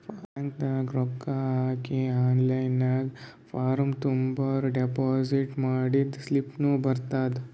bank ನಾಗ್ ರೊಕ್ಕಾ ಹಾಕಿ ಅಲೇ ಆನ್ಲೈನ್ ನಾಗ್ ಫಾರ್ಮ್ ತುಂಬುರ್ ಡೆಪೋಸಿಟ್ ಮಾಡಿದ್ದು ಸ್ಲಿಪ್ನೂ ಬರ್ತುದ್